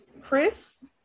Chris